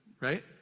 right